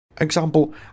Example